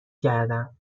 کردم